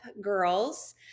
girls